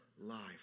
life